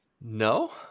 No